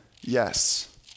yes